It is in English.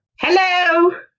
Hello